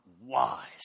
wise